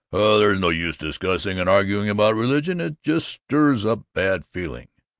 there's no use discussing and arguing about religion it just stirs up bad feeling.